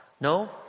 No